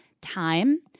*Time*